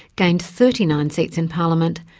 gained thirty nine seats in parliament,